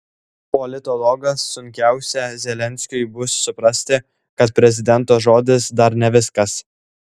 politologas sunkiausia zelenskiui bus suprasti kad prezidento žodis dar ne viskas